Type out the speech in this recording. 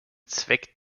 zweck